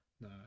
No